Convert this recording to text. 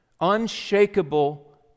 Unshakable